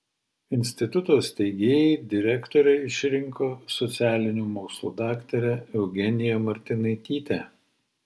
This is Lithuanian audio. instituto steigėjai direktore išrinko socialinių mokslų daktarę eugeniją martinaitytę